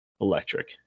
electric